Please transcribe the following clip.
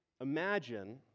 Imagine